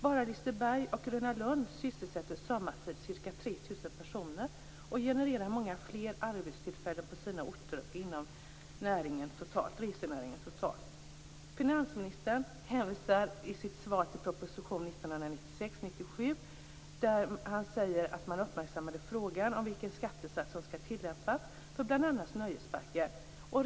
3 000 personer, och båda generar många fler arbetstillfällen inom resenäringen totalt på orterna. Finansministern hänvisar i svaret till proposition 1996/97:10, där det framgår att frågan om vilken skattesats som skall tillämpas för bl.a. nöjesparker har uppmärksammats.